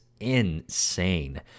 insane